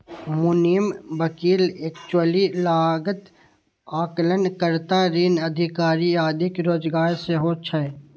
मुनीम, वकील, एक्चुअरी, लागत आकलन कर्ता, ऋण अधिकारी आदिक रोजगार सेहो छै